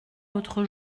l’autre